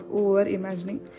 over-imagining